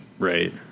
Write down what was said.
Right